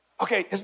Okay